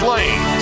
Lane